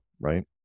right